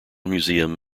museum